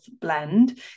blend